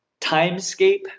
Timescape